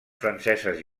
franceses